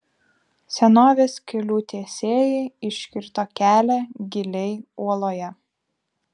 senovės kelių tiesėjai iškirto kelią giliai uoloje